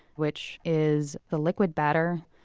which is the liquid batter,